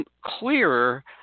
clearer